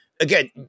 again